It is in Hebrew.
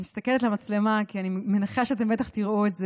אני מסתכלת למצלמה כי אני מנחשת שבטח תראו את זה.